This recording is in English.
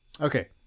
Okay